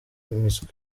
miswi